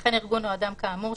וכן ארגון או אדם כאמור,